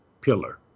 pillar